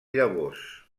llavors